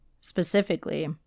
specifically